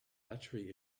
battery